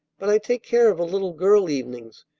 but i take care of a little girl evenings,